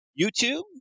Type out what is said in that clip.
YouTube